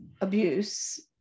abuse